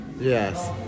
Yes